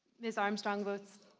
ms. armstrong votes